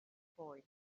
boy